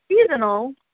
seasonal